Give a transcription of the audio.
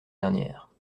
dernière